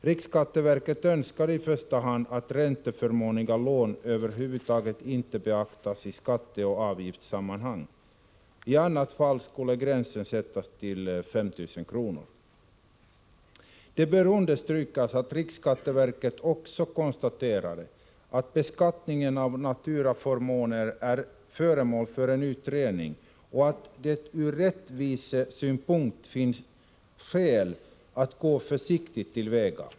Riksskatteverket önskade i första hand att ränteförmånliga lån över huvud taget inte skulle beaktas i skatteoch avgiftssammanhang och att i annat fall gränsen skulle sättas till 5 000 kr. Det bör understrykas att riksskatteverket också konstaterade att beskattningen av naturaförmåner är föremål för en utredning och att det ur rättvisesynpunkt finns skäl att gå försiktigt till väga.